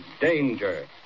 danger